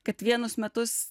kad vienus metus